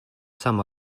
sum